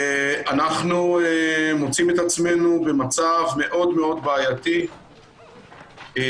אנחנו מוצאים את עצמנו במצב מאוד מאוד בעייתי מאחר